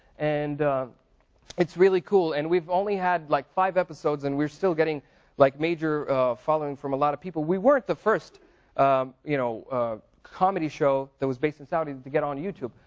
and it's really cool, and we've only had like five episodes and we are still getting like major following from a lot of people. we weren't the first you know comedy show that was based in saudi to get on youtube,